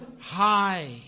high